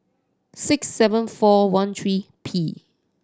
six seven four one three P